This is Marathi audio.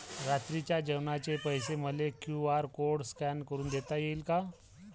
रात्रीच्या जेवणाचे पैसे मले क्यू.आर कोड स्कॅन करून देता येईन का?